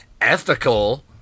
ethical